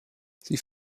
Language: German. sie